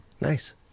Nice